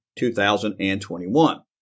2021